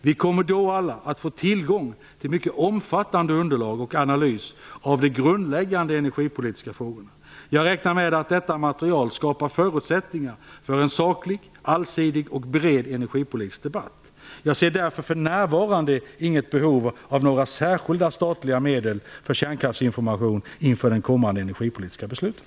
Vi kommer då alla att få tillgång till mycket omfattande underlag och analys av de grundläggande energipolitiska frågorna. Jag räknar med att detta material skapar förutsättningar för en saklig, allsidig och bred energipolitisk debatt. Jag ser därför för närvarande inget behov av några särskilda statliga medel för kärnkraftsinformation inför de kommande energipolitiska besluten.